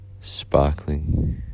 sparkling